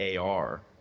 AR